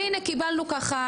והינה קיבלנו ככה,